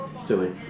Silly